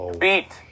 beat